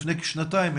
לפני כשנתיים,